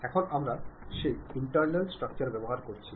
এখন আমরা সেই ইন্টারনাল স্ট্রাকচার ব্যবহার করছি